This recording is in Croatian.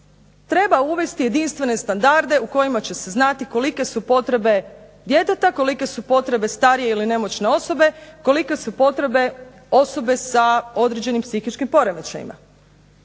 Treba uvesti jedinstvene standarde u kojima će se znati kolike su potrebe djeteta, kolike su potrebe starije ili nemoćne osobe, kolike su potrebe osobe sa određenim psihičkim poremećajima.